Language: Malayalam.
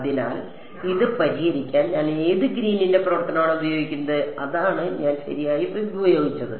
അതിനാൽ ഇത് പരിഹരിക്കാൻ ഞാൻ ഏത് ഗ്രീനിന്റെ പ്രവർത്തനമാണ് ഉപയോഗിക്കുന്നത് അതാണ് ഞാൻ ശരിയായി ഉപയോഗിച്ചത്